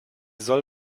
soll